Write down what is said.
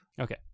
Okay